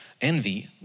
Envy